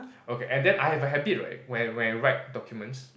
okay and then I have a habit right when I when I write documents